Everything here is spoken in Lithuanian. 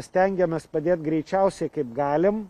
stengiamės padėt greičiausiai kaip galim